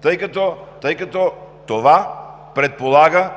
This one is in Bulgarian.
тъй като това предполага